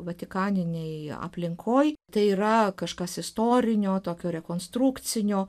vatikaninėj aplinkoj tai yra kažkas istorinio tokio rekonstrukcinio